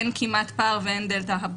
כמעט לא קיים ואין דלתא.